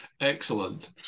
excellent